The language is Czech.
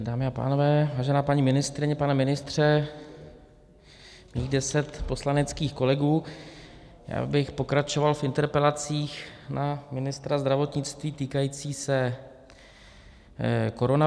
Dámy a pánové, vážená paní ministryně, pane ministře, mých deset poslaneckých kolegů, já bych pokračoval v interpelacích na ministra zdravotnictví týkajících se koronaviru.